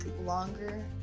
longer